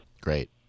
Great